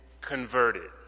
converted